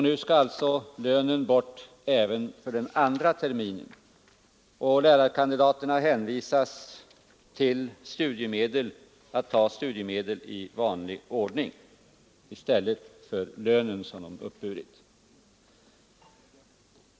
Nu skall alltså lönen bort även för den andra terminen, och lärarkandidaterna hänvisas till att ta studiemedel i vanlig ordning i stället för den lön som de uppburit.